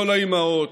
לא לאימהות,